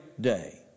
day